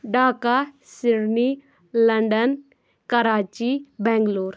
Dhaka Sydney London Karachi Bangalore